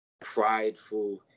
prideful